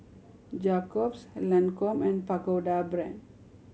Jacob's Lancome and Pagoda Brand